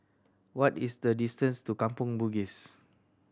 what is the distance to Kampong Bugis